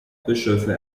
bischöfe